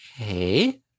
Okay